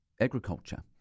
agriculture